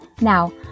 Now